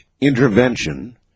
intervention